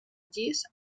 llis